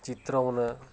ଚିତ୍ରମନେ